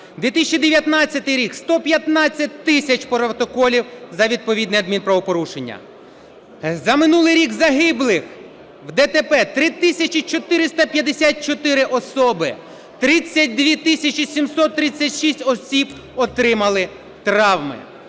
2019 рік – 115 тисяч протоколів за відповідні адмінправопорушення. За минулий рік загиблих в ДТП – 3 тисячі 454 особи, 32 тисячі 736 осіб отримали травми.